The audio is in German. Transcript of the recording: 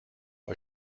bei